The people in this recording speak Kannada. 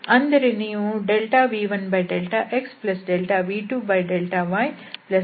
ಅಂದರೆ ನೀವು v1∂xv2∂yv3∂z ಇವುಗಳನ್ನು ಕೂಡಿಸುತ್ತೀರಿ